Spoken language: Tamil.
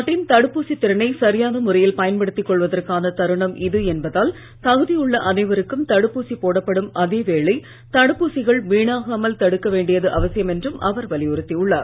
நாட்டின் தடுப்பூசித் திறனை சரியான முறையில் பயன்படுத்திக் கொள்வதற்கான தருணம் இது என்பதால் தகுதி உள்ள அனைவருக்கும் தடுப்பூசி போடப்படும் அதேவேளை தடுப்பூசிகள் வீணாகாமல் தடுக்க வேண்டியது அவசியம் என்றும் அவர் வலியுறுத்தி உள்ளார்